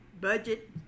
budget